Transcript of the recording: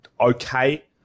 okay